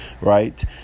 right